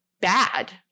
bad